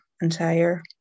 entire